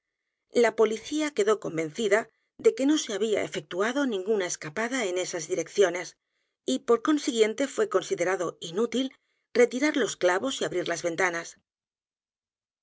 la policía quedó convencida de que no se había efectuado ninguna escapada en esas direcciones y por consiguiente fué considerado inútil retirar los clavos y abrir las ventanas